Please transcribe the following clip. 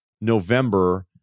November